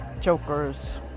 jokers